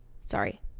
sorry